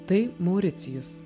tai mauricijus